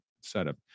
setup